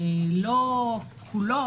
לא כולו,